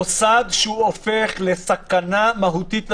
מוסד שהופך לסכנה מהותית לציבור,